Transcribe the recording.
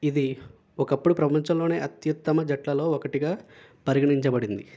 ఇది ఒకప్పుడు ప్రపంచంలోనే అత్యుత్తమ జట్లలో ఒకటిగా పరిగణించబడింది